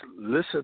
listen